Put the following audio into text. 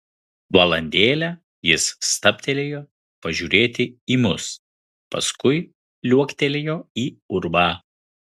valandėlę jis stabtelėjo pažiūrėti į mus paskui liuoktelėjo į urvą